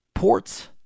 Ports